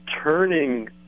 turning